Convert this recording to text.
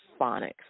phonics